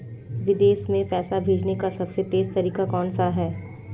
विदेश में पैसा भेजने का सबसे तेज़ तरीका कौनसा है?